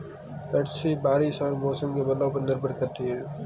कृषि बारिश और मौसम के बदलाव पर निर्भर करती है